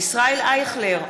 ישראל אייכלר,